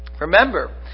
Remember